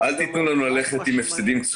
חד-משמעית, ביטול מקדמות.